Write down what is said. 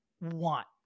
want